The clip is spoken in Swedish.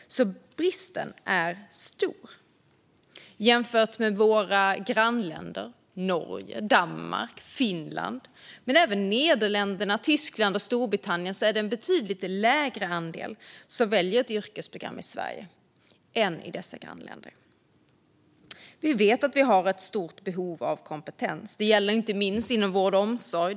Bristen är stor. Jämfört med våra grannländer Norge, Danmark och Finland men även Nederländerna, Tyskland och Storbritannien är det i Sverige en betydligt lägre andel som väljer ett yrkesprogram. Vi vet att vi har ett stort behov av kompetens. Det gäller inte minst inom vård och omsorg.